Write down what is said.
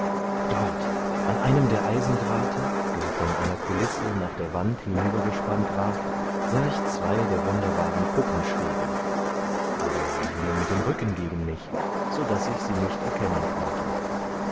dort an einem eisendrahte der von einer kulisse nach der wand hinübergespannt war sah ich zwei der wunderbaren puppen schweben aber sie hingen mit dem rücken gegen mich so daß ich sie nicht erkennen konnte